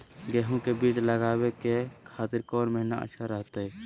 गेहूं के बीज लगावे के खातिर कौन महीना अच्छा रहतय?